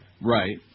Right